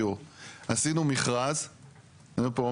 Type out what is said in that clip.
הייתי מחליט שאני לא